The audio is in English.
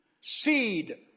Seed